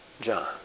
John